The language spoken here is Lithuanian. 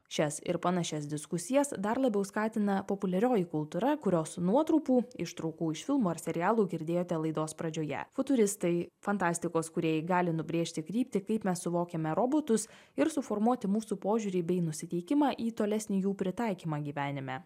šias ir panašias diskusijas dar labiau skatina populiarioji kultūra kurios nuotrupų ištraukų iš filmų ar serialų girdėjote laidos pradžioje futuristai fantastikos kūrėjai gali nubrėžti kryptį kaip mes suvokiame robotus ir suformuoti mūsų požiūrį bei nusiteikimą į tolesnį jų pritaikymą gyvenime